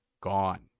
gone